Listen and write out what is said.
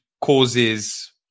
causes